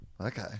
Okay